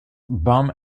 bomb